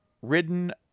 ridden